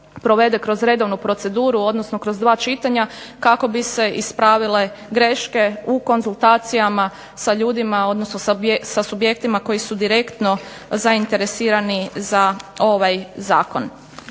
kroz redovnu proceduru odnosno kroz dva čitanja kako bi se ispravile greške u konzultacijama sa ljudima odnosno sa subjektima koji su direktno zainteresirani za ovaj zakon.